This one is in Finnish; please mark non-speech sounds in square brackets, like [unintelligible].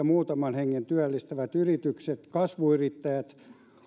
[unintelligible] muutaman hengen työllistävät yritykset kasvuyrittäjät